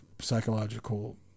psychological